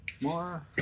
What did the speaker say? more